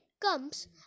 comes